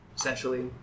Essentially